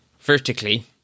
vertically